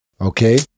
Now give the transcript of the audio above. okay